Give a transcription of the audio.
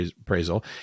appraisal